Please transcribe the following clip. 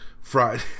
Friday